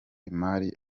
imari